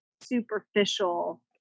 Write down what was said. superficial